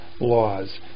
laws